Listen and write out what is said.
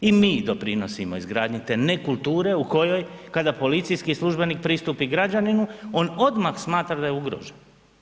I mi doprinosimo izgradnji te nekulture u kojoj kada policijski službenik pristupi građaninu on odmah smatra da je ugrožen.